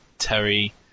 Terry